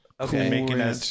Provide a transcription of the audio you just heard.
Okay